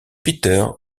peter